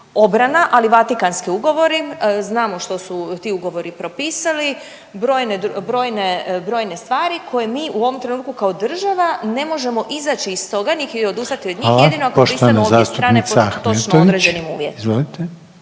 obrana ali Vatikanski ugovori. Znamo što su ti ugovori propisali, brojne stvari koje mi u ovom trenutku kao država ne možemo izaći i toga niti odustati od njih, jedino ako pristanu obje strane pod točno određenim uvjetima.